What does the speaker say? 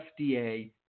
FDA